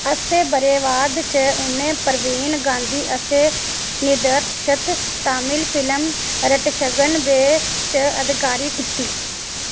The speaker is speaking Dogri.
उस्सै ब'रै बाद च उ'नें प्रवीण गांधी आसेआ निर्देशत तमिल फिल्म रट्छगन च अदाकारी कीती